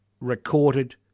recorded